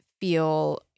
feel